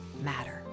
matter